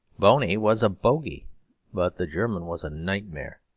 boney was a bogey but the german was a nightmare,